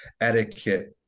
etiquette